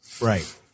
Right